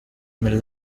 animal